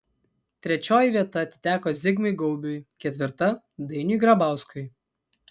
trečioji vieta atiteko zigmui gaubiui ketvirta dainiui grabauskui